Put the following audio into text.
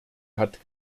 hat